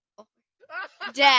Dad